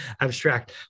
abstract